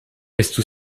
estu